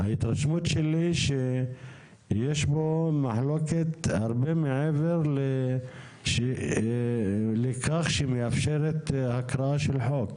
ההתרשמות שלי היא שיש פה מחלוקת הרבה מעבר לכך שמאפשרת הקראה של החוק.